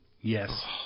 Yes